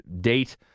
date